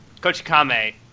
Kochikame